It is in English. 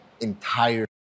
entire